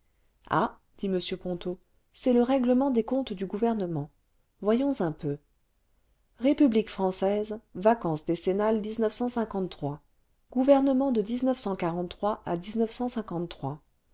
ah dit m ponto c'est le règlement des comptes du gouvernement voyons un peu république française vacances décennales gouvernement de à